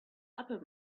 upper